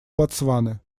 ботсваны